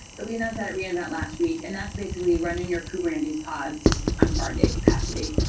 but we announced that at reinvent last week, and that's basically running your kubernetes pods on fargate capacity.